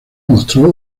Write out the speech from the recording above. mostró